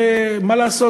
שמה לעשות,